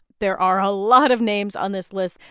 there are a lot of names on this list.